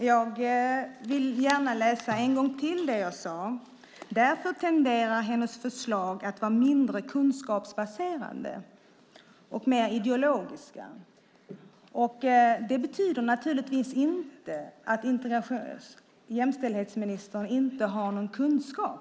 Herr talman! Jag läser gärna upp vad jag tidigare sade: Därför tenderar hennes förslag att vara mindre kunskapsbaserade och mer ideologiska. Det betyder naturligtvis inte att jämställdhetsministern inte har någon kunskap.